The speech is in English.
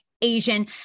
Asian